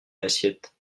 l’assiette